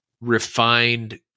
refined –